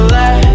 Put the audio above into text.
let